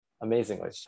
amazingly